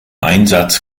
einsatz